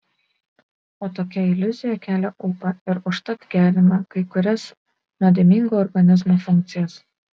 o tokia iliuzija kelia ūpą ir užtat gerina kai kurias nuodėmingo organizmo funkcijas